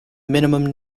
minimum